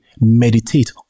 meditate